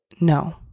no